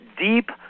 Deep